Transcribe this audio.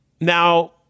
now